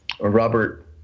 Robert